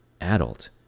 Adult